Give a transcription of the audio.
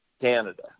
Canada